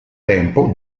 tempo